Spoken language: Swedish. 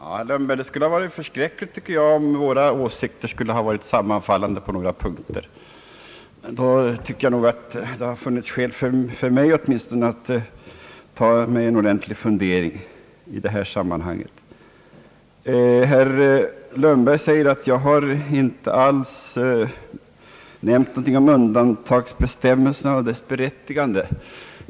Ja, herr Lundberg, det skulle ha varit ganska förskräckligt om våra åsikter hade sammanfallit på några punkter — då tycker jag nog att det hade funnits skäl åtminstone för mig att ta en ordentlig funderare! Herr Lundberg säger att jag inte alls har nämnt något om undantagsbestämmelserna och deras berättigande.